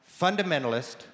fundamentalist